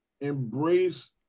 embrace